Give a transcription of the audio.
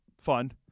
fun